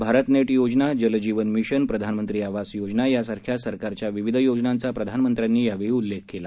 भारतनेट योजना जल जीवन मिशन प्रधानमंत्री आवास योजना यासारख्या सरकारच्या विविध योजनांचा प्रधानामंत्र्यांनी यावेळी उल्लेख केला